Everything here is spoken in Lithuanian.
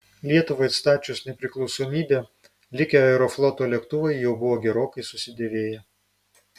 lietuvai atstačius nepriklausomybę likę aerofloto lėktuvai jau buvo gerokai susidėvėję